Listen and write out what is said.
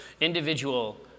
individual